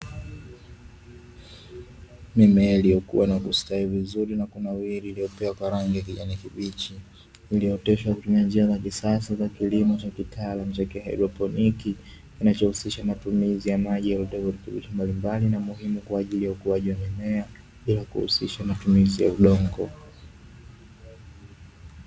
Mimea iliyokuwa na kustawi vizuri na kunawiri iliyopea kwa rangi ya kijani kibichi, iliyooteshwa kutumia njia za kisasa za kilimo cha kitaalamu cha kihaidroponi, kinachohusisha matumizi ya maji yaliyotiwa virutubishi mbalimbali na muhimu kwa ajili ya ukuaji wa mimea bila kuhusisha matumizi ya udongo.